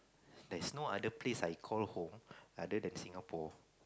there's no other place I call home other than Singapore